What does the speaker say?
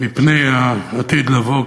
מפני העתיד לבוא,